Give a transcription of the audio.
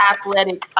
athletic